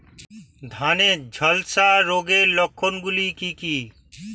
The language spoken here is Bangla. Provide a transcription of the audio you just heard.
ধানের ঝলসা রোগের লক্ষণগুলি কি কি?